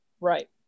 right